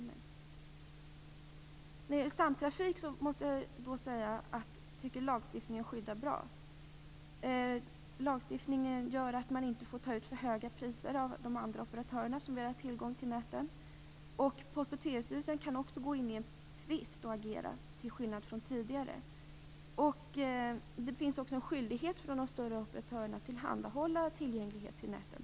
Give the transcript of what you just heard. När det gäller samtrafik tycker jag att lagstiftningen ger ett bra skydd. Lagstiftningen medger inte att man får ta ut för höga priser av andra operatörer som vill ha tillgång till näten. Post och telestyrelsen kan också till skillnad från tidigare gå in och agera i en tvist. Det finns också en skyldighet för de större operatörerna att tillhandahålla tillgänglighet till näten.